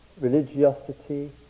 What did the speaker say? religiosity